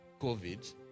COVID